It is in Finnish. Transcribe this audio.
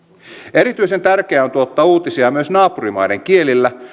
erityisen tärkeää on tuottaa uutisia myös naapurimaiden kielillä